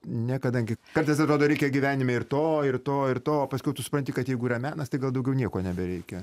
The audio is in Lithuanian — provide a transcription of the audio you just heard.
ne kadangi kartais atrodo reikia gyvenime ir to ir to ir to o paskiau tu supranti kad jeigu yra menas tai gal daugiau nieko nebereikia